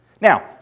Now